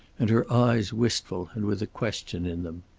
and her eyes wistful and with a question in them.